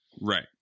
Right